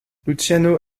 luciano